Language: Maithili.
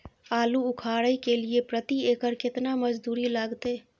आलू उखारय के लिये प्रति एकर केतना मजदूरी लागते?